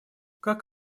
как